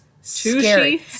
scary